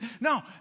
no